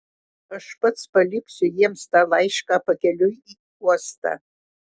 aš pats paliksiu jiems tą laišką pakeliui į uostą